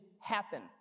happen